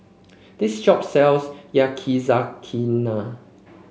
this shop sells Yakizakana